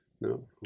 no